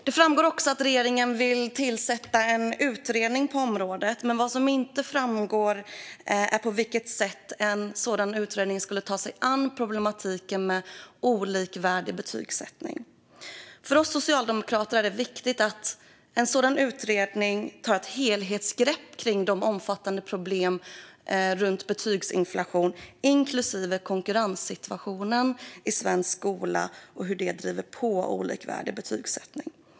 Det framgår också att regeringen vill tillsätta en utredning på området, men vad som inte framgår är på vilket sätt en sådan utredning skulle ta sig an problematiken med olikvärdig betygsättning. För oss socialdemokrater är det viktigt att en sådan utredning tar ett helhetsgrepp kring de omfattande problemen runt betygsinflationen, inklusive konkurrenssituationen, i svensk skola och hur det driver på en olikvärdig betygsättning.